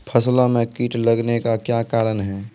फसलो मे कीट लगने का क्या कारण है?